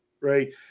Right